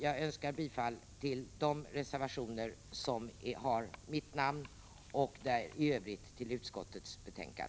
Jag yrkar bifall till de reservationer där mitt namn förekommer och i övrigt till utskottets hemställan.